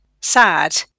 sad